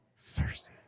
Cersei